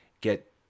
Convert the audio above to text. get